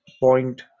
point